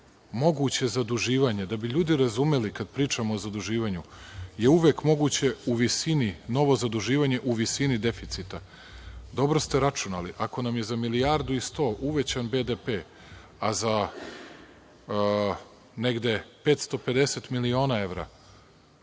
opisao. Moguće zaduživanje, da bi ljudi razumeli kada pričamo o zaduživanju,, je uvek moguće u visini, novo zaduživanje u visini deficita. Dobro ste računali, ako nam je za milijardu i sto uvećan BDP, a za negde 550 miliona evra